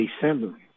December